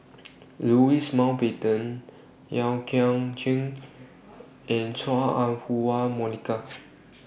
Louis Mountbatten Yeo Kian Chye and Chua Ah Huwa Monica